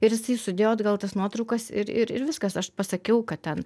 ir jisai sudėjo atgal tas nuotraukas ir ir ir viskas aš pasakiau kad ten